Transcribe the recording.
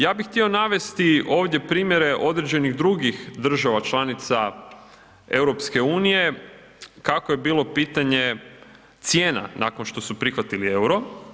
Ja bih htio navesti ovdje primjere određenih drugih država članica EU kako je bilo pitanje cijena nakon što su prihvatili EUR-o.